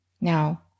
Now